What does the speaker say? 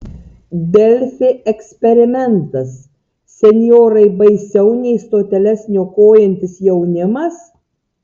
delfi eksperimentas senjorai baisiau nei stoteles niokojantis jaunimas